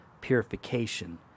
purification